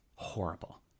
horrible